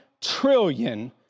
trillion